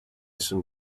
some